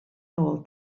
nôl